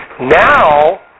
Now